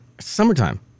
summertime